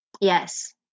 Yes